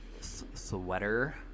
sweater